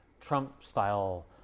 Trump-style